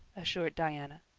assured diana.